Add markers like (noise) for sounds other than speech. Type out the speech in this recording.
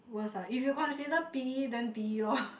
worst ah if you consider p_e then p_e lor (laughs)